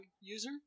user